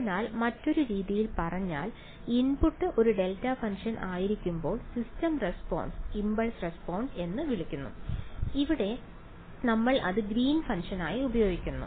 അതിനാൽ മറ്റൊരു രീതിയിൽ പറഞ്ഞാൽ ഇൻപുട്ട് ഒരു ഡെൽറ്റ ഫംഗ്ഷൻ ആയിരിക്കുമ്പോൾ സിസ്റ്റം റെസ്പോൺസ് ഇംപൾസ് റെസ്പോൺസ് എന്ന് വിളിക്കുന്നു ഇവിടെ നമ്മൾ അത് ഗ്രീൻ ഫംഗ്ഷനായി ഉപയോഗിക്കുന്നു